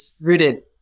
rooted